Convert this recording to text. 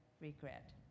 regret